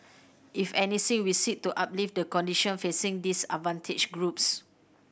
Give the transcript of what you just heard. if anything we seek to uplift the condition facing disadvantaged groups